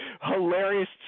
hilarious